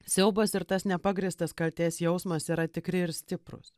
siaubas ir tas nepagrįstas kaltės jausmas yra tikri ir stiprūs